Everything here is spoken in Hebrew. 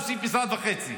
הוא הוסיף משרד וחצי,